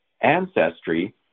ancestry